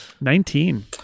Nineteen